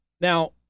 Now